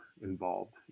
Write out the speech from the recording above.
involved